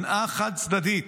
שנאה חד-צדדית